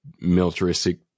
militaristic